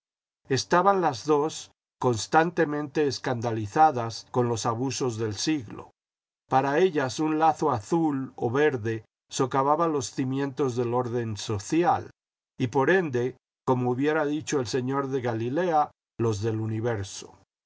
estaban las dos constantemente escandalizadas con los abusos del siglo para ellas un lazo azul o verde socavaba los cimientos del orden social y por ende como hubiera dicho el señor de galilea los del universo